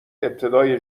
ابتدای